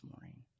morning